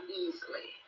easily